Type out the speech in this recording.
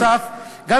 נוסף על כך,